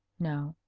no.